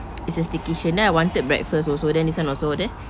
it's a staycation then I wanted breakfast also then this one also there